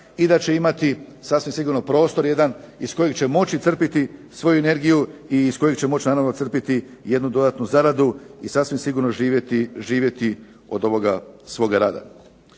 i da će imati sasvim sigurno prostor jedan iz kojeg će moći crpiti svoju energiju i iz kojih će moći naravno crpiti jednu dodatnu zaradu i sasvim sigurno živjeti od ovoga svoga rada.